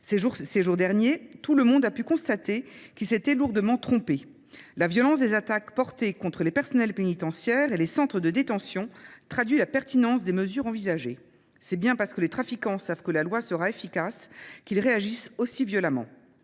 Ces jours derniers, tout le monde a pu constater qu'il s'était lourdement trompé. La violence des attaques portées contre les personnels pénitentiaires et les centres de détention traduent la pertinence des mesures envisagées. C'est bien parce que les trafiquants savent que la loi sera efficace qu'ils réagissent aussi violemment.